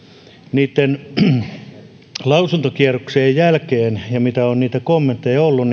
niitten lausuntokierroksien jälkeen ja mitä on niitä kommentteja ollut